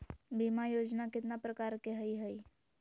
बीमा योजना केतना प्रकार के हई हई?